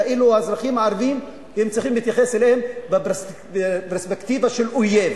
כאילו צריך להתייחס לאזרחים הערבים בפרספקטיבה של אויב?